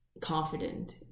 confident